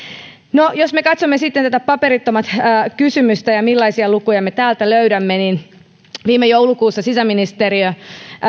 no jos me katsomme sitten tätä paperittomien kysymystä ja sitä millaisia lukuja me täältä löydämme niin viime joulukuussa sisäministeriö